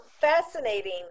Fascinating